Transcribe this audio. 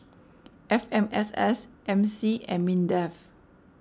F M S S M C and Mindef